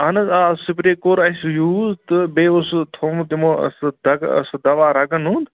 اَہن حظ آ سِپرٛے کوٚر اَسہِ یوٗز تہٕ بیٚیہِ اوس سُہ تھوٚمُت تِمو سُہ دَگہٕ سُہ دَوا رَگن ہُنٛد